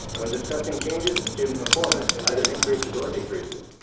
when discussing changes in student performance, either increases or decreases,